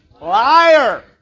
Liar